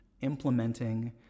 implementing